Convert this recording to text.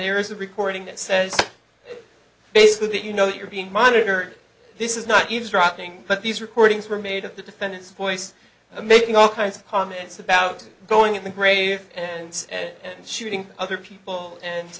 there is a recording that says basically that you know you're being monitored this is not eavesdropping but these recordings were made of the defendants voice making all kinds of comments about going in the grave and shooting other people and